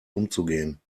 umzugehen